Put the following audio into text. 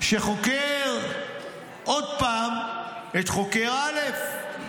שחוקר עוד פעם את חוקר א'.